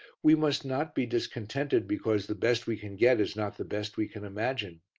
we must not be discontented because the best we can get is not the best we can imagine.